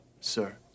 sir